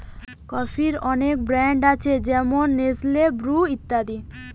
কফির অনেক ব্র্যান্ড আছে যেমন নেসলে, ব্রু ইত্যাদি